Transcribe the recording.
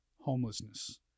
homelessness